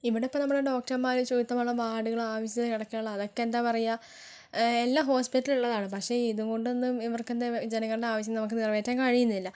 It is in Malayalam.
ഇവിടിപ്പം നമ്മുടെ ഡോക്ടർമാർ ശുചിത്വമുള്ള വാർഡുകൾ ആവശ്യത്തിന് കിടക്കകൾ അതൊക്കെന്താണ് പറയാ എല്ലാം ഹോസ്പിറ്റലിൽ ഉള്ളതാണ് പക്ഷേ ഇതും കൊണ്ടൊന്നും ഇവർക്കെന്താണ് ജനങ്ങളുടെ ആവശ്യം നമുക്ക് നിറവേറ്റാൻ കഴിയുന്നില്ല